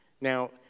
Now